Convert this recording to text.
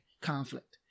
conflict